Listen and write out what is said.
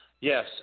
Yes